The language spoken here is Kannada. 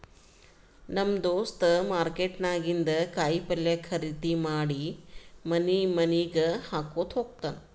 ನಮ್ ದೋಸ್ತ ಮಾರ್ಕೆಟ್ ನಾಗಿಂದ್ ಕಾಯಿ ಪಲ್ಯ ಖರ್ದಿ ಮಾಡಿ ಮನಿ ಮನಿಗ್ ಹಾಕೊತ್ತ ಹೋತ್ತಾನ್